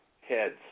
heads